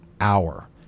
hour